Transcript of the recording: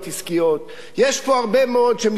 הרבה מאוד מתקדם פה במדינה,